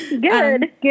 good